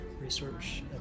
research